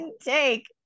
take